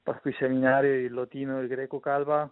paskui seminarijoj lotynų i graikų kalbą